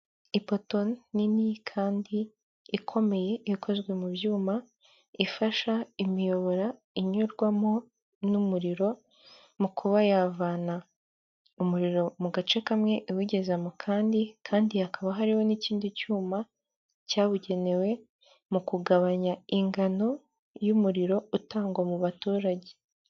Ipoto nini kandi ikomeye ikozwe mu byuma ifasha imiyobora inyurwamo n'umuriro mu kuba yavana umuriro mu gace kamwe iwugeza mu kandi kandi hakaba hariho n'ikindi cyuma cyabugenewe mu kugabanya ingano y'umuriro utangwa mu baturage.